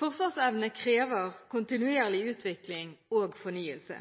Forsvarsevne krever kontinuerlig utvikling og fornyelse.